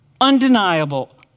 undeniable